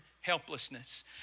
helplessness